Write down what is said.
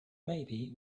maybe